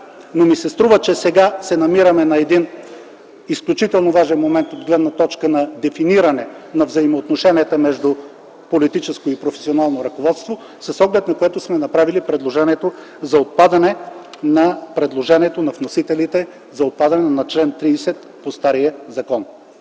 но ми се струва, че сега се намираме на един изключително важен момент от гледна точка на дефиниране на взаимоотношенията между политическо и професионално ръководство, с оглед на което сме направили предложението за отпадане текста на вносителите за отпадане на чл. 30 по стария закон.